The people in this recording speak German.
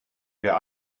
wer